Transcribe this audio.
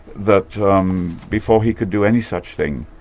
that um before he could do any such thing,